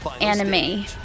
anime